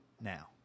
now